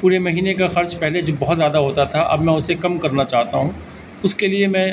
پورے مہینے کا خرچ پہلے جو بہت زیادہ ہوتا تھا اب میں اسے کم کرنا چاہتا ہوں اس کے لیے میں